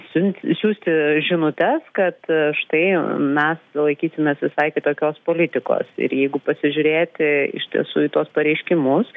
siunt siųsti žinutes kad štai mes laikysimės visai kitokios politikos ir jeigu pasižiūrėti iš tiesų į tuos pareiškimus